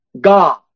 God